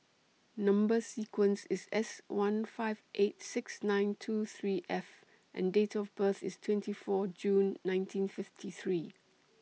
Number sequence IS S one five eight six nine two three F and Date of birth IS twenty four June nineteen fifty three